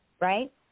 right